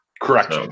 Correct